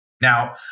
Now